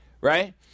Right